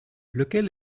lequel